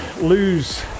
lose